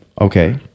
Okay